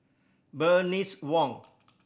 Bernice Wong